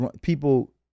people